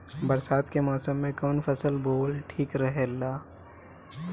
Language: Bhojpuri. बरसात के मौसम में कउन फसल बोअल ठिक रहेला?